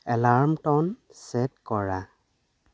alarm tone set কৰা